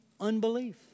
unbelief